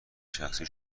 شخصی